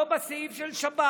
לא בסעיף של שבת